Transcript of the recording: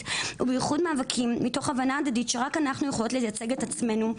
ובאיחוד מאבקים מתוך הבנה הדדית שרק אנחנו יכולות לייצג את עצמנו,